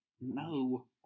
No